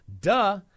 Duh